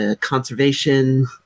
Conservation